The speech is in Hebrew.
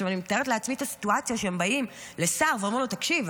אני מתארת לעצמי את הסיטואציה שהם באים לסער ואומרים לו: תקשיב,